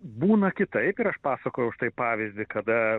būna kitaip ir aš pasakojau štai pavyzdį kada